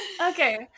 Okay